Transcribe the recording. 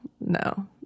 no